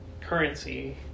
currency